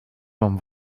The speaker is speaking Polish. mam